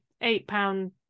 eight-pound